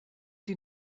die